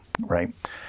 right